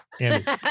Andy